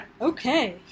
Okay